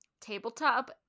tabletop